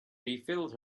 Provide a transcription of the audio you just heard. refilled